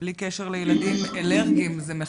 בלי קשר לילדים אלרגיים זה מחדל.